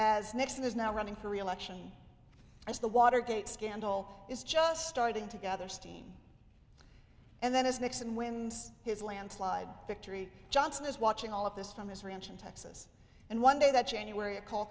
as nixon is now running for reelection as the watergate scandal is just starting to gather steam and then his nixon wins his landslide victory johnson is watching all of this from his ranch in texas and one day that january a call